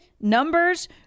numbers